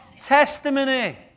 testimony